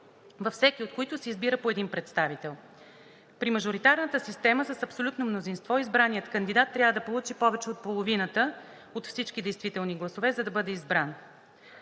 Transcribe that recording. във всеки от които се избира по един представител. При мажоритарната система с абсолютно мнозинство избраният кандидат трябва да получи повече от половината от всички действителни гласове, за да бъде избран.